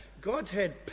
Godhead